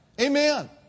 Amen